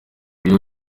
iyo